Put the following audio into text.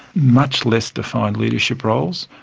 much less defined leadership roles,